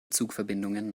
zugverbindungen